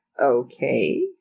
okay